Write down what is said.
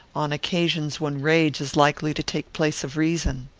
on occasions when rage is likely to take place of reason.